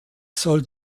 soll